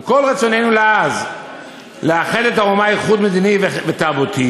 "עם כל רצוננו העז לאחד את האומה איחוד מדיני ותרבותי,